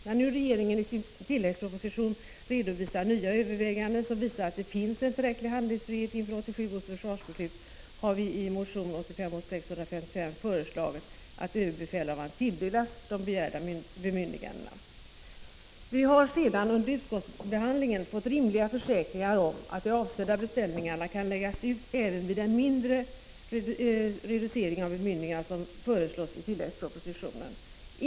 När nu regeringen i sin tilläggsproposition redovisar nya överväganden, som visar att det finns en tillräcklig handlingsfrihet inför 1987 års försvarsbeslut, har vi i motion 1985/86:155 föreslagit att överbefälhavaren tilldelas de begärda bemyndigandena. Vi har sedan under utskottsbehandlingen fått rimliga försäkringar om att de avsedda beställningarna kan läggas ut även vid den mindre reducering av bemyndigandena som föreslås i tilläggspropositionen.